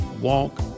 walk